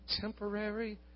temporary